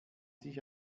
sich